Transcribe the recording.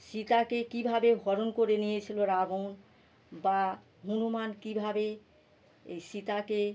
সীতাকে কীভাবে হরণ করে নিয়েছিল রাবণ বা হনুমান কীভাবে এই সীতাকে